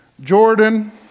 Jordan